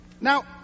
Now